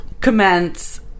Commence